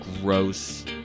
gross